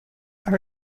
are